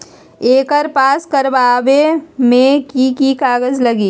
एकर पास करवावे मे की की कागज लगी?